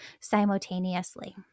simultaneously